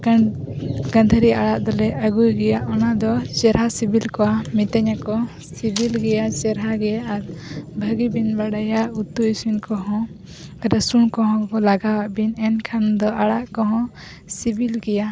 ᱜᱟᱺᱫᱷᱟᱹᱨᱤ ᱟᱲᱟᱜ ᱫᱚᱞᱮ ᱟᱜᱩᱭ ᱜᱮᱭᱟ ᱚᱱᱟ ᱫᱚ ᱪᱮᱨᱦᱟ ᱥᱤᱵᱤᱞ ᱠᱚᱣᱟ ᱢᱤᱛᱟᱹᱧᱟᱠᱚ ᱥᱤᱵᱤᱞ ᱜᱮᱭᱟ ᱪᱮᱨᱦᱟ ᱜᱮ ᱟᱨ ᱵᱷᱟᱜᱤᱵᱤᱱ ᱵᱟᱰᱟᱭᱟ ᱩᱛᱩ ᱤᱥᱤᱱ ᱠᱚᱦᱚᱸ ᱨᱟᱥᱩᱱ ᱠᱚᱦᱚᱸ ᱞᱟᱜᱟᱣᱟᱜ ᱵᱤᱱ ᱮᱱᱠᱷᱥᱱᱫᱚ ᱟᱲᱟᱜ ᱠᱚᱦᱚᱸ ᱥᱤᱵᱤᱞ ᱜᱮᱭᱟ